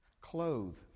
Clothe